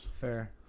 Fair